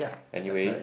anyway